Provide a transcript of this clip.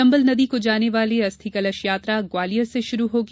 चम्बल नदी को जाने वाली अस्थि कलश यात्रा ग्वालियर से शुरू होगी